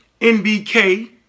NBK